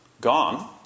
Gone